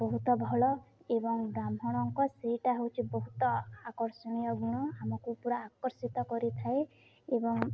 ବହୁତ ଭଲ ଏବଂ ବ୍ରାହ୍ମଣଙ୍କ ସେଇଟା ହେଉଛି ବହୁତ ଆକର୍ଷଣୀୟ ଗୁଣ ଆମକୁ ପୁରା ଆକର୍ଷିତ କରିଥାଏ ଏବଂ